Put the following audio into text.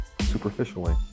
superficially